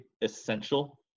essential